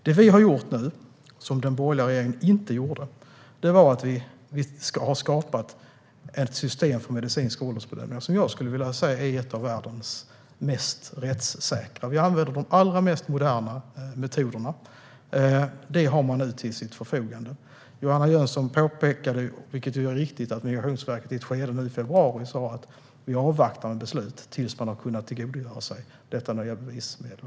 Det vi har gjort, som den borgerliga regeringen inte gjorde, är att vi har skapat ett system för medicinsk åldersbedömning som är ett av världens mest rättssäkra. Man har de modernaste metoderna till sitt förfogande. Johanna Jönsson påpekade helt riktigt att Migrationsverket i februari sa att man avvaktade med beslut tills man kunde tillgodogöra sig det nya bevismedlet.